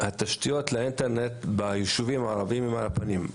תשתיות האינטרנט ביישובים הערביים הן על הפנים.